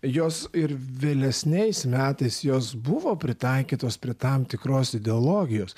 jos ir vėlesniais metais jos buvo pritaikytos prie tam tikros ideologijos